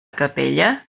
capella